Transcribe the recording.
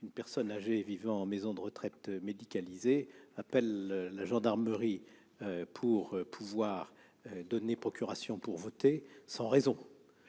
qu'une personne âgée vivant en maison de retraite médicalisée appelle la gendarmerie pour donner une procuration sans raison